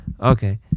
Okay